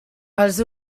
els